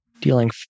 dealing